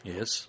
Yes